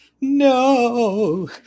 No